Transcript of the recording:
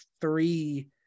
three